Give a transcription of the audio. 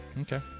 Okay